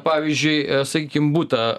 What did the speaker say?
pavyzdžiui sakykim butą